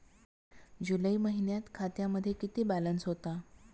जुलै महिन्यात खात्यामध्ये किती बॅलन्स होता?